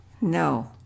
No